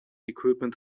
equipment